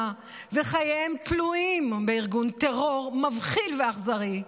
וחייהם תלויים בארגון טרור מבחיל ואכזרי.